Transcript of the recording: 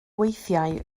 weithiau